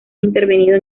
intervenido